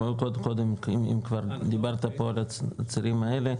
קודם אם כבר דיברת פה על הצירים האלה,